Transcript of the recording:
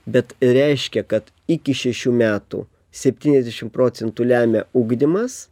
bet reiškia kad iki šešių metų septyniasdešim procentų lemia ugdymas